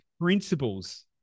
principles